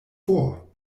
vor